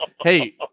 Hey